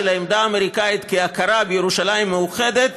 העמדה האמריקנית כהכרה בירושלים מאוחדת,